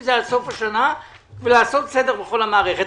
זה עד סוף השנה ולעשות סדר בכל המערכת.